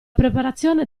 preparazione